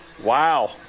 Wow